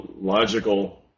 logical